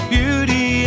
Beauty